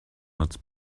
its